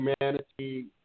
humanity